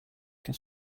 can